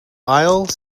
aisle